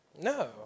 No